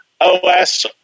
OS